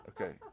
okay